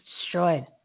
destroyed